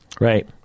Right